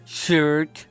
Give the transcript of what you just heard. shirt